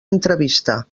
entrevista